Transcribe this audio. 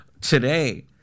today—